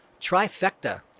Trifecta